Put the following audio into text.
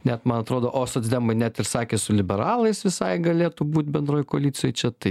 net man atrodo o socdemai net ir sakė su liberalais visai galėtų būt bendroj koalicijoj čia tai